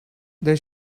they